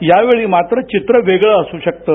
या वेळी मात्र चित्र वेगळं असू शकतं